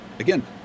again